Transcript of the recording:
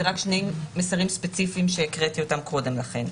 זה רק שני מסרים ספציפיים שקראתי קודם לכן.